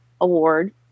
Award